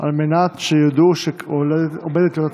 על מנת שידעו שעומדת להיות הצבעה.